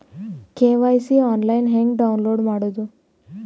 KYC online ಹೆಂಗ್ download ಮಾಡೋದು?